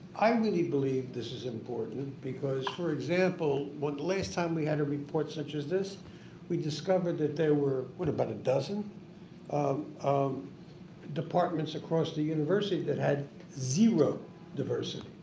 i really believe this is important because for example when last time we had a report such as this we discovered that there were. about dozen um um departments across the university that had zero diversity.